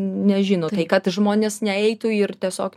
nežino kad žmonės neitų ir tiesiog